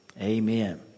amen